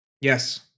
Yes